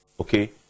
okay